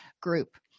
group